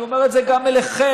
אני אומר את זה גם לכם,